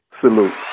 Salute